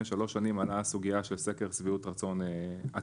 שלוש שנים עלתה הסוגיה של סקר שביעות רצון הציבור,